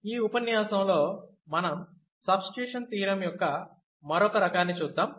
ఈ ఉపన్యాసం లో మనం సబ్స్టిట్యూషన్ థియోరమ్ యొక్క మరొక రకాన్ని చూద్దాం